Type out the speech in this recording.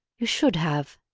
you should have!